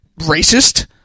racist